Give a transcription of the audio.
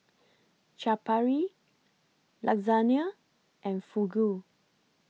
Chaat Papri Lasagna and Fugu